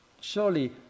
surely